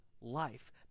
life